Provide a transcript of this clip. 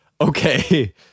okay